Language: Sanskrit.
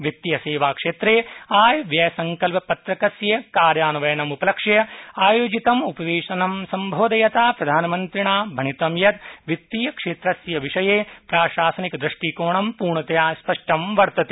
वित्तीय सेवा क्षेत्रे आयव्ययसंकल्पपत्रस्य कार्यान्वयनमुपलक्ष्य आयोजितम् उपवेशनं सम्बोधयता प्रधानमन्त्रिणा भणितं यत् वित्तीयक्षेत्रस्य विषये प्राशासनिकदृष्टिकोण पूर्णतया स्पष्टो वर्तते